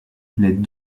les